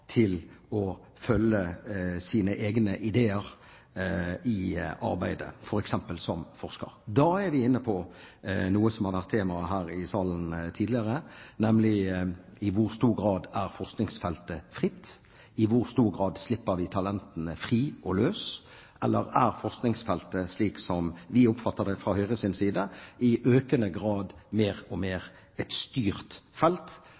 vært tema her i salen tidligere, nemlig i hvor stor grad forskningsfeltet er fritt, i hvor stor grad vi slipper talentene fri. Eller er forskningsfeltet, slik som vi oppfatter det fra Høyres side, i økende grad et styrt felt hvor oppgavene er gitt på forhånd og